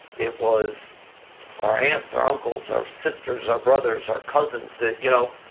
it was our aunts, our uncle's, our sisters, our brothers, our cousins that, you know